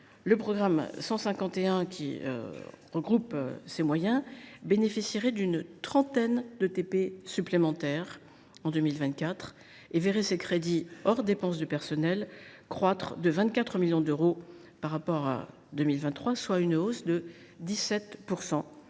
à l’étranger et affaires consulaires » bénéficiera d’une trentaine d’ETP supplémentaires en 2024 et verra ses crédits hors dépenses de personnel croître de 24 millions d’euros par rapport à 2023, soit une hausse de 17